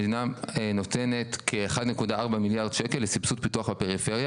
המדינה נותנת כ-1.4 מיליארד שקל לסבסוד פיתוח הפריפריה,